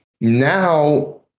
Now